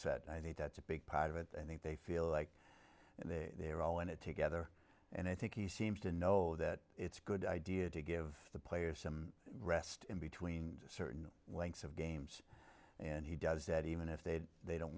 said i think that's a big part of it i think they feel like they're all in it together and i think he seems to know that it's a good idea to give the players some rest in between certain winks of games and he does that even if they they don't